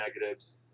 negatives